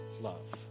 love